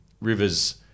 rivers